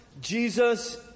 Jesus